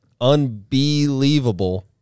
Unbelievable